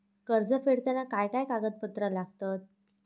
कर्ज फेडताना काय काय कागदपत्रा लागतात?